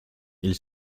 ils